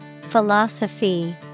Philosophy